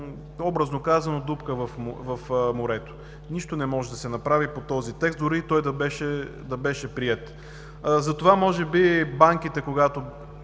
образно казано, дупка в морето. Нищо не може да се направи по този текст, дори той да беше приет. Затова може би банките, когато